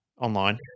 online